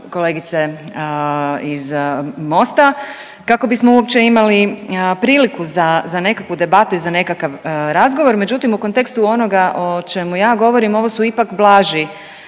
kolegice iz Mosta kako bismo uopće imali priliku za nekakvu debatu i za nekakav razgovor, međutim u kontekstu onoga o čemu ja govorim ovo su ipak blaži